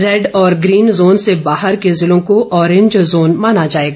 red और green zone से बाहर के ज़िलों को अॅरिंज जोन माना जाएगा